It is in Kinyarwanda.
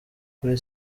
kuri